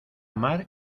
mar